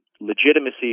legitimacy